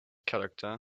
character